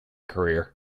career